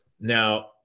Now